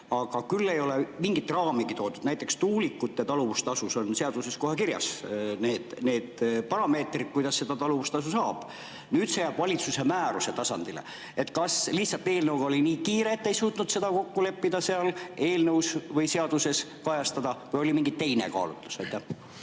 Aga ei ole mingit raami toodud. Näiteks tuulikute taluvustasu puhul on seaduses kirjas need parameetrid, kuidas seda taluvustasu saab. Nüüd see jääb valitsuse määruse tasandile. Kas lihtsalt eelnõuga oli nii kiire, et te ei suutnud kokku leppida seda seal eelnõus või seaduses kajastada, või oli mingi teine kaalutlus?